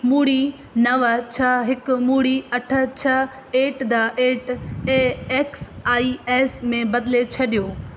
ॿुड़ी नव छह हिक ॿुड़ी अठ छह at the at A X I S में बदिले छॾियो